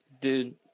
dude